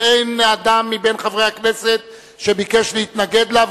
ואין אדם בין חברי הכנסת שביקש להתנגד לה,